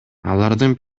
алардын